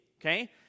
okay